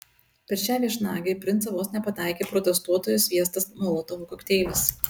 per šią viešnagę į princą vos nepataikė protestuotojo sviestas molotovo kokteilis